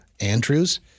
Andrews